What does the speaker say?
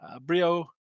Brio